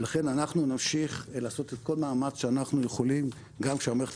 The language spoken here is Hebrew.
לכן אנחנו נמשיך לעשות כל מאמץ שאנחנו יכולים גם שהמערכת